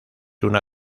una